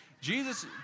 Jesus